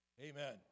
Amen